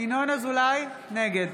נגד